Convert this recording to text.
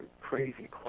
crazy